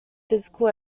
physical